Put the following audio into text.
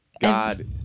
God